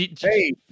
hey